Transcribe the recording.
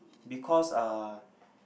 because uh